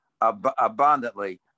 abundantly